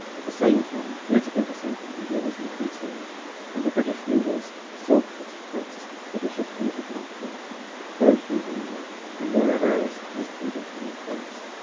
at the same time political dissent in india was increasing and the british rulers sought to suppress seditious political activity both in india and wherever else it was able to take place.